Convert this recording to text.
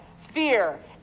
fear